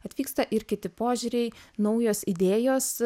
atvyksta ir kiti požiūriai naujos idėjos